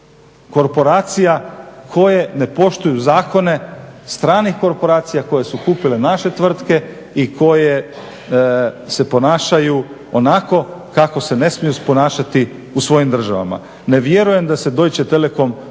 korporacija koje ne poštuju zakone, stranih korporacija koje su kupile naše tvrtke i koje se ponašaju onako kako se ne smiju ponašati u svojim državama. Ne vjerujem da se Deutsche telekom ponaša